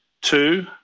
two